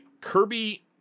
Kirby